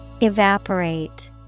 Evaporate